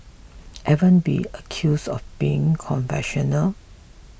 ever been accused of being conventional